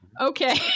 Okay